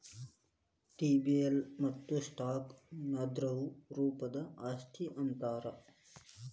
T bill ಮತ್ತ stock ನ ದ್ರವ ರೂಪದ್ ಆಸ್ತಿ ಅಂತಾರ್